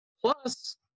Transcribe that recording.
plus